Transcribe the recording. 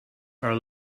are